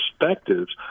perspectives